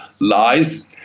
lies